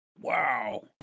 Wow